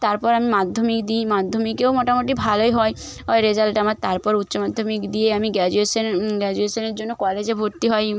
তারপর আমি মাধ্যমিক দিই মাধ্যমিকেও মোটামুটি ভালোই হয় ওই রেজাল্ট আমার তারপর উচ্চ মাধ্যমিক দিয়ে আমি গ্র্যাজুয়েশন গ্যাজুয়েশনের জন্য কলেজে ভর্তি হই